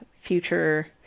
future